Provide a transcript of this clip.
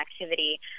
activity